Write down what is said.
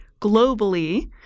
globally